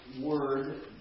word